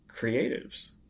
creatives